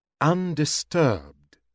undisturbed